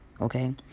Okay